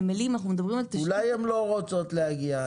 אולי הן לא רוצות להגיע?